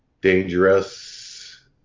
dangerous